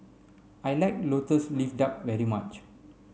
I like lotus leaf duck very much